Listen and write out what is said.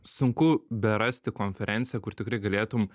sunku berasti konferenciją kur tikrai galėtum